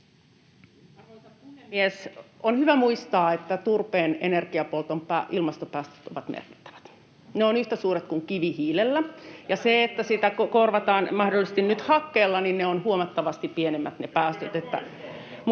Arvoisa puhemies! On hyvä muistaa, että turpeen energiapolton ilmastopäästöt ovat merkittävät. Ne ovat yhtä suuret kuin kivihiilellä, ja kun sitä korvataan mahdollisesti nyt hakkeella, niin ne päästöt ovat huomattavasti pienemmät.